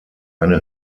eine